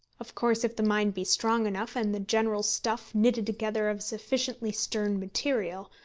of course if the mind be strong enough, and the general stuff knitted together of sufficiently stern material,